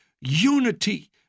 unity